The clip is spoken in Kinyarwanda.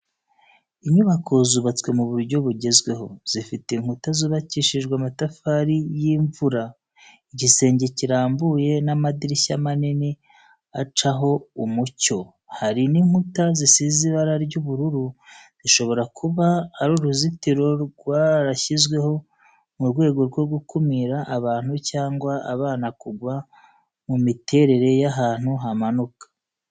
Inyubako zubatswe mu buryo bugezweho, zifite inkuta zubakishijwe amatafari y’imvura, igisenge kirambuye n’amadirishya manini acaho umucyo. Hari n’inkuta zisize ibara ry’ubururu zishobora kuba ari uruzitiro rwarashyizweho mu rwego rwo gukumira abantu cyangwa abana kugwa mu miterere y’ahantu hamanuka.